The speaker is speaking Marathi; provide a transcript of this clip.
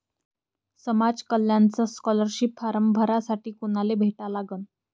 समाज कल्याणचा स्कॉलरशिप फारम भरासाठी कुनाले भेटा लागन?